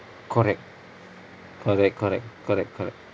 correct correct correct correct correct